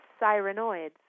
sirenoids